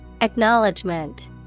Acknowledgement